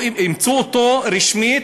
אימצו אותו רשמית,